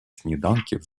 сніданків